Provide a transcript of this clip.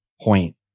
point